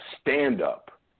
stand-up